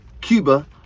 cuba